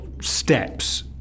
steps